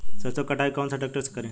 सरसों के कटाई कौन सा ट्रैक्टर से करी?